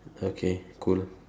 okay cool